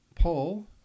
Paul